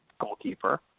goalkeeper